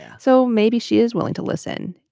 yeah so maybe she is willing to listen